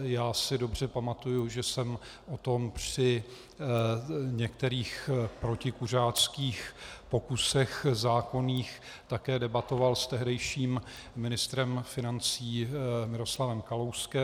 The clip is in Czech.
Já si dobře pamatuji, že jsem o tom při některých protikuřáckých pokusech zákonných také debatoval s tehdejším ministrem financí Miroslavem Kalouskem.